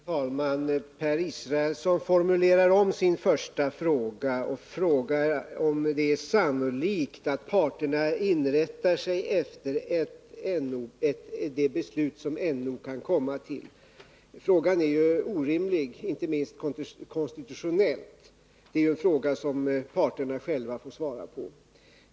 Herr talman! Per Israelsson formulerar om sin första fråga och undrar om det är sannolikt att parterna rättar sig efter det beslut som NO kan komma till. Frågan är ju orimlig, inte minst konstitutionellt sett. Det är en fråga som parterna själva får svara på.